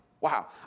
Wow